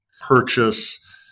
purchase